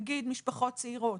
נגיד משפחות צעירות,